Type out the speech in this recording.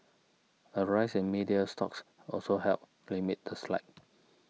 a rise in media stocks also helped limit the slide